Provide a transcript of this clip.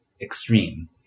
extreme